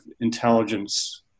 intelligence